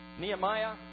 Nehemiah